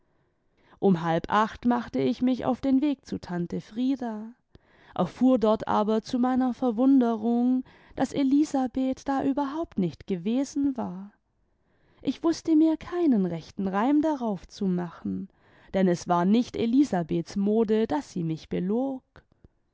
um halb acht machte ich mich auf den weg zu tante frieda erfuhr dort aber zu meiner verwunderung daß elisabeth da überhaupt nicht gewesen war ich wußte mir keinen rechten reim darauf zu machen denn es war nicht elisabeths mode daß sie mich belog